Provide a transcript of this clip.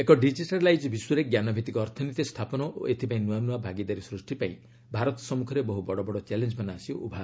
ଏକ ଡିଜିଟାଇଚଡ୍ ବିଶ୍ୱରେ ଜ୍ଞାନଭିତ୍ତିକ ଅର୍ଥନୀତି ସ୍ଥାପନ ଓ ଏଥିପାଇଁ ନୂଆ ନୂଆ ଭାଗିଦାରୀ ସୃଷ୍ଟି ପାଇଁ ଭାରତ ସମ୍ମୁଖରେ ବହୁ ବଡ ବଡ ଚ୍ୟାଲେଞ୍ଜମାନ ଆସି ଉଭା ହେବ